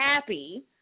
Happy